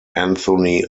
anthony